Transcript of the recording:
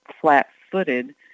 flat-footed